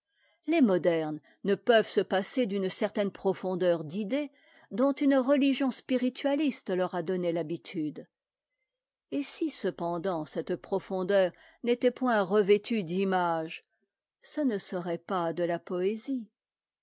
les modernes ne peuvent se passer d'une certaine profondeur d'idées dont une religion spiritualiste leur a donné l'habitude et si cependant cette profondeur n'était point revêtue d'images ce ne serait pas de la poésie